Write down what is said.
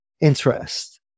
interest